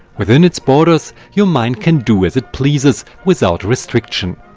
within its borders your mind can do as it pleases, without restriction.